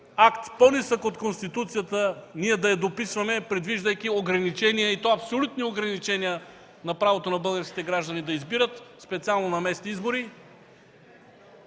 акт, по-нисък от Конституцията, ние да я дописваме, предвиждайки ограничения, и то абсолютни ограничения на правото на българските граждани да избират специално на местни избори,